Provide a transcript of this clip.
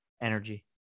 energy